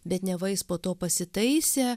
bet neva jis po to pasitaisė